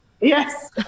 Yes